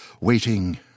waiting